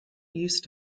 used